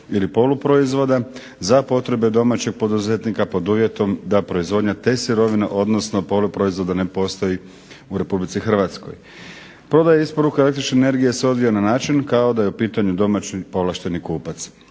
ili polu proizvoda, za potrebe domaćih poduzetnika pod uvjetom da proizvodnja te sirovine, odnosno poluproizvoda ne postoji u Republici Hrvatskoj. Prodaja i isporuka električne energije se odvija na način kao da je u pitanju domaći ovlašteni kupac.